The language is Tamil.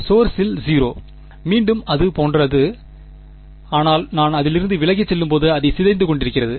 சோர்சில் 0 மீண்டும் அது ஒரு போன்றது ஆனால் நான் அதிலிருந்து விலகிச் செல்லும்போது அது சிதைந்து கொண்டிருக்கிறது